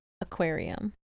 Aquarium